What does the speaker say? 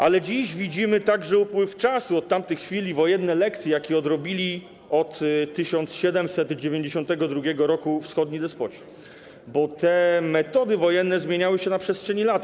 Ale dziś widzimy także upływ czasu od tamtych chwil i wojenne lekcje, jakie odrobili od 1792 r. wschodni despoci, bo te metody wojenne zmieniały się na przestrzeni lat.